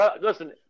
Listen